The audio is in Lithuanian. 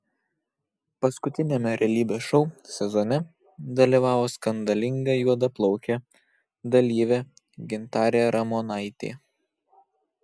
paskutiniame realybės šou sezone dalyvavo skandalinga juodaplaukė dalyvė gintarė ramonaitė